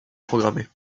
programmée